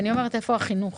ואני שואלת איפה החינוך?